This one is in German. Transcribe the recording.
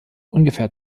ungefähr